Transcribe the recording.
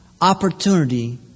opportunity